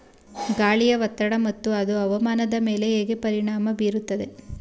ಗಾಳಿಯ ಒತ್ತಡ ಮತ್ತು ಅದು ಹವಾಮಾನದ ಮೇಲೆ ಹೇಗೆ ಪರಿಣಾಮ ಬೀರುತ್ತದೆ?